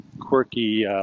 quirky